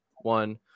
one